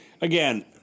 again